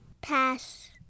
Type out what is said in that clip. Pass